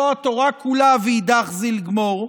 זו התורה כולה, ואידך זיל גמור.